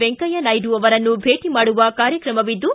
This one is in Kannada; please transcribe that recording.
ವೆಕಂಯ್ಯ ನಾಯ್ದು ಅವರನ್ನು ಭೇಟ ಮಾಡುವ ಕಾರ್ಯಕ್ರಮವಿದ್ದು